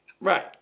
Right